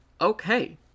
Okay